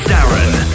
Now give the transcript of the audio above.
Darren